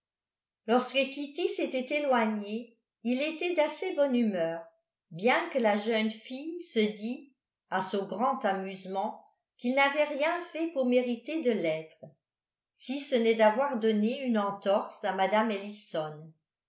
lorsque kitty s'était éloignée il était d'assez bonne humeur bien que la jeune fille se dît à son grand amusement qu'il n'avait rien fait pour mériter de l'être si ce n'est d'avoir donné une entorse à mme ellison